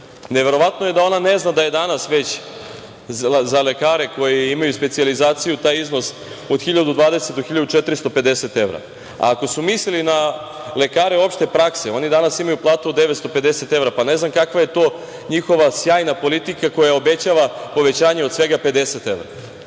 Neverovatno je da ona ne zna da je danas već za lekare koji imaju specijalizaciju taj iznos od 1020 do 1450 evra. Ako su mislili na lekare opšte prakse, oni danas imaju platu od 950 evra. Ne znam kakva je to njihova sjajna politika koja obećava povećanje od svega 50